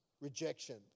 rejection